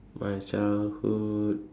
my childhood